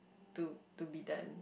to to be done